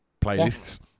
playlists